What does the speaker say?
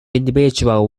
individual